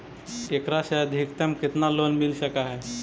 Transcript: एकरा से अधिकतम केतना लोन मिल सक हइ?